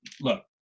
look